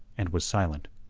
and was silent.